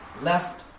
left